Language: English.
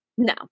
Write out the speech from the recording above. No